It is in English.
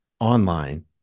online